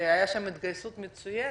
שהייתה התגייסות מצוינת.